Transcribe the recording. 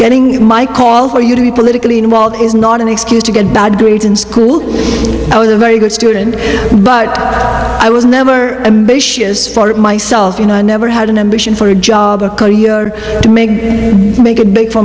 getting my call for you to be politically involved is not an excuse to get bad grades in school i was a very good student but i was never ambitious for myself you know i never had an ambition for a job or to make make it big for